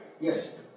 Yes